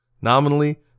Nominally